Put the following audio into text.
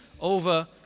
over